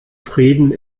frieden